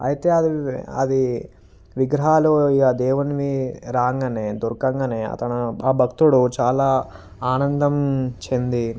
అయితే అది వి అది విగ్రహాలు ఇక దేవునివి రాగానే దొరకంగానే అతను ఆ భక్తుడు చాలా ఆనందం చెంది